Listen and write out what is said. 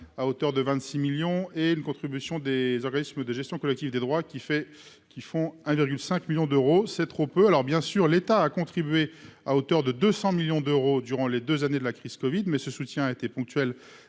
à hauteur de 26 millions et une contribution des organismes de gestion collective des droits qui fait qui font 1 virgule 5 millions d'euros, c'est trop peu, alors bien sûr, l'État a contribué à hauteur de 200 millions d'euros durant les 2 années de la crise Covid mais ce soutien a été ponctuel